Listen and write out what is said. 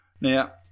Now